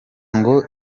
ngo